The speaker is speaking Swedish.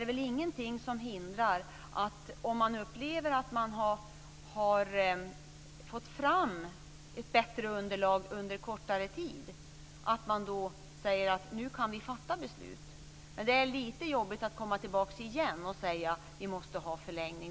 Det finns inget som hindrar att man fattar beslut tidigare om man upplever att man har fått fram ett bättre underlag på kortare tid än så. Då kan man fatta beslut. Men det vore lite jobbigt att komma tillbaka ännu en gång och säga att vi behöver mera tid.